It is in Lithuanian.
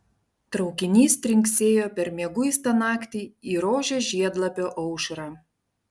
traukinys trinksėjo per mieguistą naktį į rožės žiedlapio aušrą